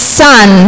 son